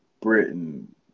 Britain